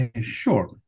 Sure